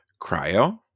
Cryo